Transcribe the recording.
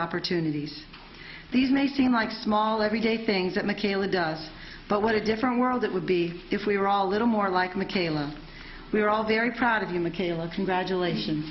opportunities these may seem like small everyday things that mckayla does but what a different world it would be if we were all a little more like mckayla we are all very proud of you mckayla congratulations